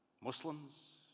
Muslims